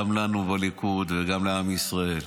גם לנו בליכוד וגם לעם ישראל.